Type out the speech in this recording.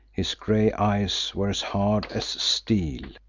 his grey eyes were as hard as steel.